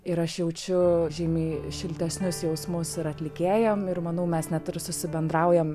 ir aš jaučiu žymiai šiltesnius jausmus ir atlikėjam ir manau mes net ir susibendraujam